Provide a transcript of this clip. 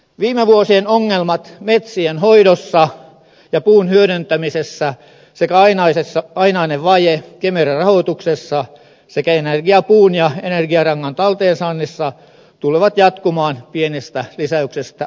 viime vuosien ongelmat metsien hoidossa ja puun hyödyntämisessä sekä ainainen vaje kemera rahoituksessa sekä energiapuun ja energiarangan talteensaannissa tulevat jatkumaan pienestä lisäyksestä huolimatta